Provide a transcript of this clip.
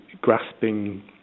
grasping